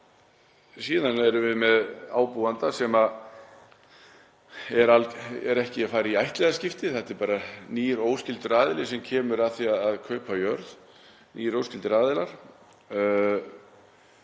Síðan erum við með ábúanda sem er ekki að fara í ættliðaskipti. Þetta er bara nýr óskyldur aðili sem kemur að því að kaupa jörð, nýir óskyldir aðilar,